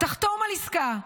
תחתום על עסקה.